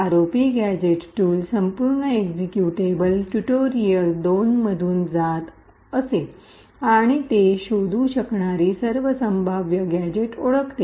ROP gadget tool संपूर्ण executable tutorial 2 मधून जात असे आणि ते शोधू शकणारी सर्व संभाव्य गॅझेट ओळखते